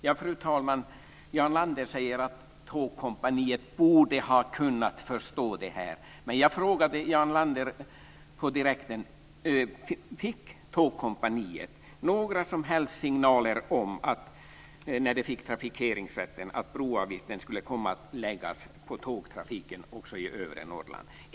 Fru talman! Jarl Lander säger att Tågkompaniet borde ha kunnat förstå det här. Men jag frågade Jarl Lander direkt: Fick Tågkompaniet några signaler när de fick trafikeringsrätten om att broavgiften skulle komma att läggas på tågtrafiken också i övre Norrland?